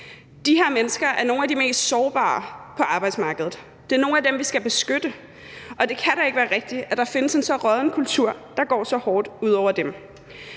ansættelser er nogle af de mest sårbare på arbejdsmarkedet. Det er nogle af dem, vi skal beskytte, og det kan da ikke være rigtigt, at der findes en så rådden kultur, der går så hårdt ud over dem.